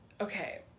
Okay